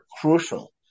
crucial